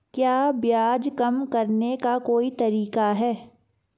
क्या ब्याज कम करने का कोई तरीका है?